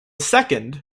second